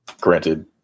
Granted